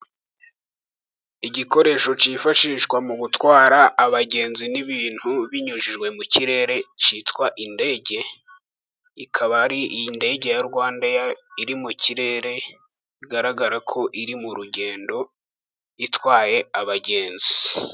Igikoresho cyifashishwa mu gutwara abagenzi n'ibintu binyujijwe mu kirere cyitwa indege, ikaba ari indege ya Rwandeya iri mu kirere igaragara ko iri mu rugendo itwaye abagenzi.